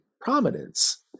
prominence